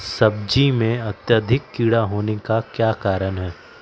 सब्जी में अत्यधिक कीड़ा होने का क्या कारण हैं?